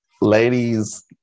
ladies